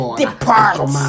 depart